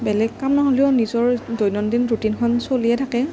বেলেগ কাম নহ'লেও নিজৰ দৈনন্দিন ৰুটিনখন চলিয়েই থাকে